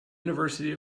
university